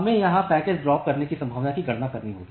हमें यहां पैकेट्स ड्रापने की संभावना की गणना करनी होगी